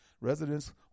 residents